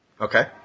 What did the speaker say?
Okay